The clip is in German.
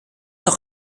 auch